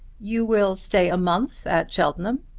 you will stay a month at cheltenham?